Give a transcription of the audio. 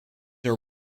are